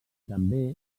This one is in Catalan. també